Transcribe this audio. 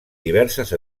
diverses